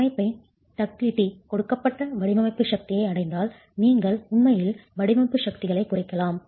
அமைப்பின் டக்டிலிட்டி கொடுக்கப்பட்ட வடிவமைப்பு சக்தியை அடைந்தால் நீங்கள் உண்மையில் வடிவமைப்பு சக்திகளைக் குறைக்கலாம்